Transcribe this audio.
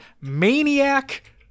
Maniac